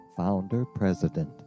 founder-president